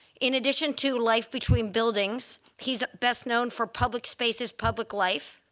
in addition to life between buildings, he's best known for public spaces, public life,